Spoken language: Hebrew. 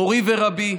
מורי ורבי.